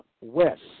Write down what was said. West